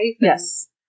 Yes